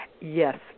Yes